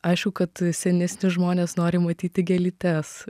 aišku kad senesni žmonės nori matyti gėlytes